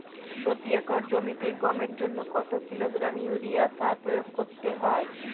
প্রতি একর জমিতে গমের জন্য কত কিলোগ্রাম ইউরিয়া সার প্রয়োগ করতে হয়?